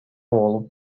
болуп